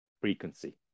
frequency